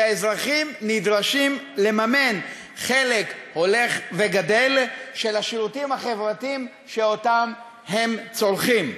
שהאזרחים נדרשים לממן חלק הולך וגדל של השירותים החברתיים שהם צורכים.